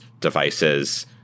devices